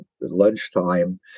lunchtime